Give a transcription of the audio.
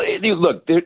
look